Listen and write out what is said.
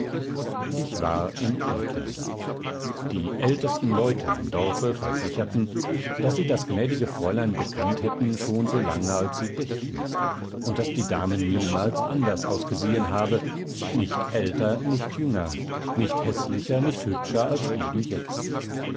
ich war im irrtum die ältesten leute im dorfe versicherten daß sie das gnädige fräulein gekannt hätten schon so lange als sie dächten und daß die dame niemals anders ausgesehen habe nicht älter nicht jünger nicht häßlicher nicht hübscher als eben jetzt